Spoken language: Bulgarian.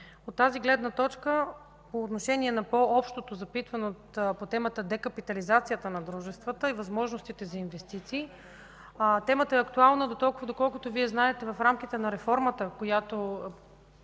От тази гледна точка по отношение на по-общото запитване по темата за декапитализацията на дружеството и възможностите за инвестиции – темата е актуална, доколкото знаете, че в рамките на реформата, в която